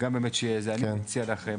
אני מציע לכם,